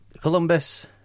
Columbus